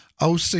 OC